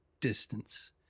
distance